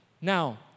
Now